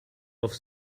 auf